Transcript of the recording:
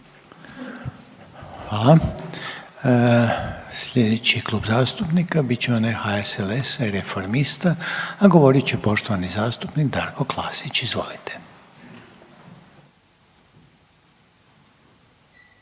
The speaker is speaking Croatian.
Hvala. Sljedeći klub zastupnika bit će onaj HSLS-a i Reformista, a govorit će poštovani zastupnik Darko Klasić, izvolite.